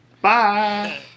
Bye